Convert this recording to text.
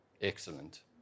Excellent